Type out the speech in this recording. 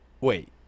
Wait